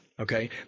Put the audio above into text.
okay